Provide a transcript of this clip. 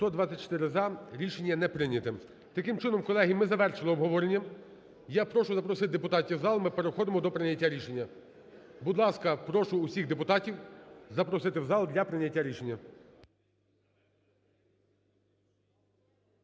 За-124 Рішення не прийняте. Таким чином, колеги, ми завершили обговорення. Я прошу запросити депутатів в зал, ми переходимо до прийняття рішення. Будь ласка, прошу всіх депутатів запросити в зал для прийняття рішення.